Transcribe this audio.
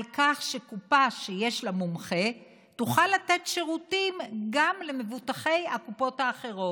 על כך שקופה שיש לה מומחה תוכל לתת שירותים גם למבוטחי הקופות האחרות,